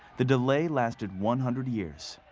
the delay lasted one hundred years.